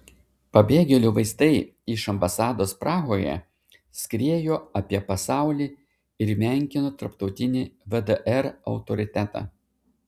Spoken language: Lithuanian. pabėgėlių vaizdai iš ambasados prahoje skriejo apie pasaulį ir menkino tarptautinį vdr autoritetą